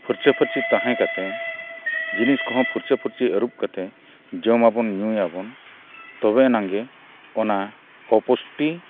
ᱯᱷᱟᱨᱪᱟ ᱯᱷᱟᱨᱪᱤ ᱛᱟᱦᱮᱸ ᱠᱟᱛᱮᱫ ᱡᱤᱱᱤᱥ ᱠᱚᱦᱚᱸ ᱯᱷᱟᱨᱪᱟ ᱯᱷᱟᱨᱪᱤ ᱟᱹᱨᱩᱵ ᱠᱟᱛᱮᱫ ᱡᱚᱢᱟᱵᱚᱱ ᱧᱩᱭᱟᱵᱚᱱ ᱛᱚᱵᱮ ᱮᱱᱟᱝᱜᱮ ᱚᱱᱟ ᱚᱯᱩᱥᱴᱤ